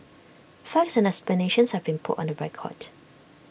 facts and explanations have been put on the record